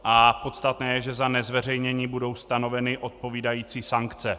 A podstatné je, že za nezveřejnění budou stanoveny odpovídající sankce.